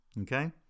Okay